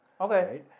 Okay